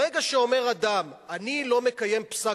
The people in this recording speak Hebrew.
ברגע שאומר אדם: אני לא מקיים פסק-דין,